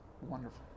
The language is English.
wonderful